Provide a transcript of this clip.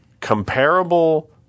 comparable